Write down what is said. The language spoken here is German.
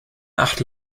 acht